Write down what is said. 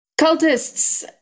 cultists